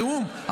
בתיאום,